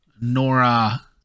Nora